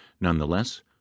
Nonetheless